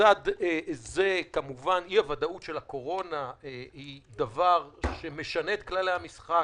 ולצד זה כמובן אי-הוודאות של הקורונה הוא דבר שמשנה את כללי המשחק,